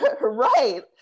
Right